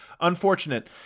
unfortunate